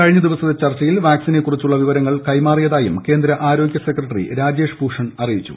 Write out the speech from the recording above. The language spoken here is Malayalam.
കഴിഞ്ഞ ദിവസത്തെ ചർച്ചയിൽ വാക്സിനെക്കുറിച്ചുള്ള വിവരങ്ങൾ കൈമാറിയതായും കേന്ദ്ര ആരോഗ്യ സെക്രട്ടറി രാജേഷ് ഭൂഷൺ അറിയിച്ചു